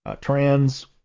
trans